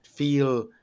feel